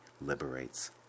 liberates